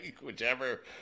whichever